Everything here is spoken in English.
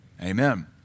Amen